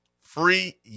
free